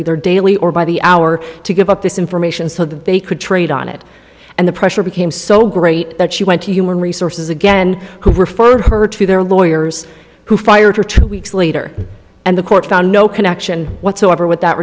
either daily or by the hour to give up this information so that they could trade on it and the pressure became so great that she went to human resources again who were for her to their lawyers who fired her two weeks later and the court found no connection whatsoever with